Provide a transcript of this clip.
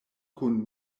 kun